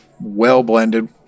well-blended